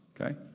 okay